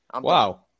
Wow